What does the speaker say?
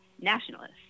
nationalists